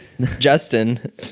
Justin